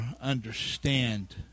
understand